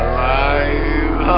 Alive